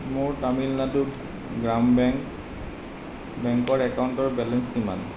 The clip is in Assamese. মোৰ তামিলনাডুত গ্ৰাম বেংক বেংকৰ একাউণ্টৰ বেলেঞ্চ কিমান